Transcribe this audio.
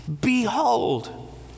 Behold